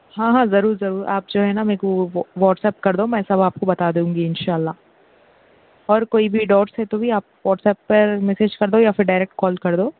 ہاں ہاں ضرور ضرور آپ جو ہے نہ میں کو وائٹسایپ کر دو میں سب آپ کو بتا دوں گی ان شاء اللہ اور کوئی بھی ڈاوٹس ہے تو بھی آپ وائٹسایپ پر میسیج کر دو یا پھر ڈائیریکٹ کال کر دو